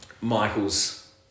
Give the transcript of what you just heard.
Michael's